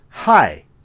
Hi